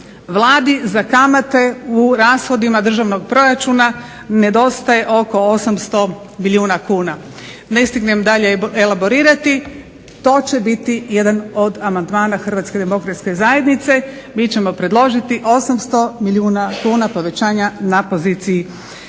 Vladi za kamate u rashodima državnog proračuna nedostaje oko 800 milijuna kuna. Ne stignem dalje elaborirati. To će biti jedan od amandmana Hrvatske demokratske zajednice. Mi ćemo predložiti 800 milijuna kuna povećanja na poziciji